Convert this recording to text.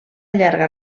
llarga